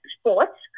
sports